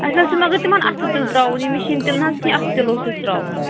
اَسہِ حظ چھُ مگر تِمَن اَتھٕ تِلہٕ ترٛاوُن یہِ مِشیٖن تِلہٕ نہ حظ کینٛہہ اَتھٕ تِلہٕ اوس اَسہِ ترٛاوُن